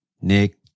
Nick